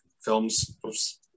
films